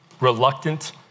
reluctant